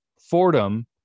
Fordham